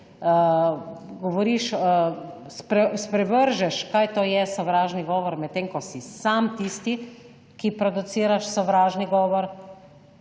sprevržeš, kaj to je sovražni govor, medtem ko si sam tisti, ki produciraš sovražni govor,